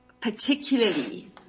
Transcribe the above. particularly